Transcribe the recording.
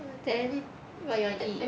and then what you wanna eat